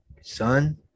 Son